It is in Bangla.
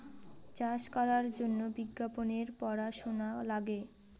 চাষ করার জন্য বিজ্ঞানের পড়াশোনা লাগে